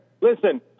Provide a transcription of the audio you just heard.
listen